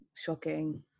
Shocking